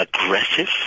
aggressive